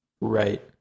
Right